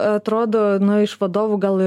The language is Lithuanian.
atrodo na iš vadovų gal